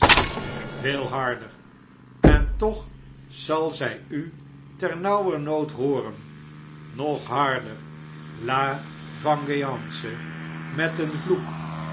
veel harder en toch zal zjj u ternauwernood hooren nog harder la vengeance met een vloek